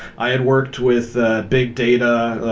i had worked with ah big data,